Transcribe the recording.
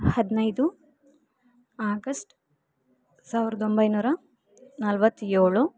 ಹದಿನೈದು ಆಗಸ್ಟ್ ಸಾವಿರದ ಒಂಬೈನೂರ ನಲ್ವತ್ತೇಳು